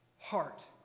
heart